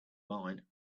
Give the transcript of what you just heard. mine